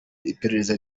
iperereza